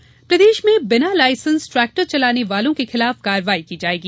tractor licence प्रदेश में बिना लायसेंस ट्रेक्टर चलाने वालों के खिलाफ कार्यवाही की जायेगी